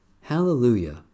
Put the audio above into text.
Hallelujah